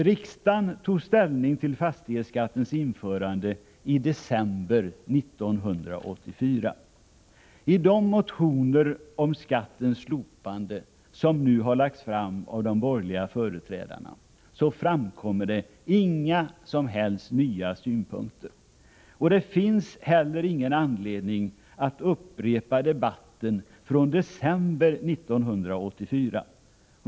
Riksdagen tog ställning till fastighetsskattens införande i december 1984. I de motioner om skattens slopande som nu har lagts fram av de borgerliga företrädarna framkommer det inga som helst nya synpunkter. Det finns inte heller någon anledning att upprepa debatten från december 1984.